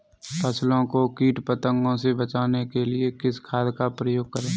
फसलों को कीट पतंगों से बचाने के लिए किस खाद का प्रयोग करें?